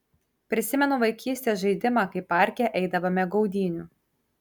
prisimenu vaikystės žaidimą kaip parke eidavome gaudynių